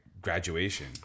graduation